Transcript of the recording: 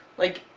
like,